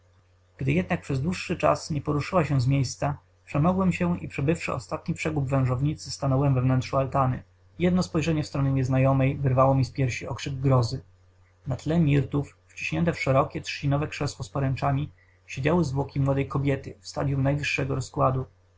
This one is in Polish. gdy jednak przez dłuższy czas nie poruszyła się z miejsca przemogłem się i przebywszy ostatni przegób wężownicy stanąłem we wnętrzu altany jedno spojrzenie w stronę nieznajomej wydarło mi z piersi okrzyk zgrozy na tle mirtów wciśnięte w szerokie trzcinowe krzesło z poręczami siedziały zwłoki młodej kobiety w stadyum najwyższego rozkładu